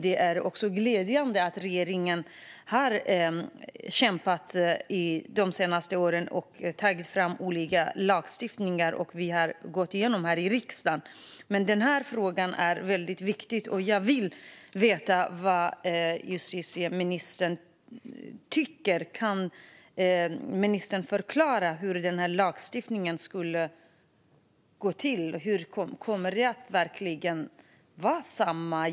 Det är glädjande att regeringen de senaste åren har kämpat och tagit fram olika lagstiftningsförslag, som också har röstats igenom i riksdagen. Men den här frågan är väldigt viktig. Jag vill veta vad justitieministern tycker. Kan ministern förklara hur en sådan lagstiftning skulle fungera? Kommer det verkligen att vara samma?